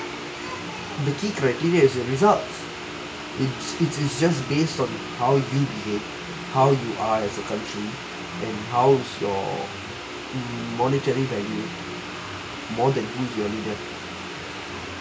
the key criterisa is a result it's it's it's just based on how we behave how you are as a country and how is your monetary value more than you your leader